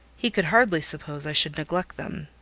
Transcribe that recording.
he could hardly suppose i should neglect them.